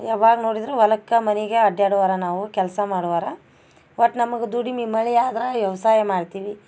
ಯಾವಾಗ ನೋಡಿದರೂ ಹೊಲಕ್ಕ ಮನಿಗೆ ಅಡ್ಯಾಡುವರ ನಾವು ಕೆಲಸ ಮಾಡುವರ ಒಟ್ಟು ನಮಗೆ ದುಡಿಮೆ ಮಳೆ ಆದ್ರೆ ವ್ಯವಸಾಯ ಮಾಡ್ತೀವಿ